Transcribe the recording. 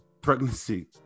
pregnancy